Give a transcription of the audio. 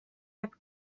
heb